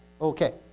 okay